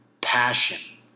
passion